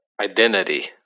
Identity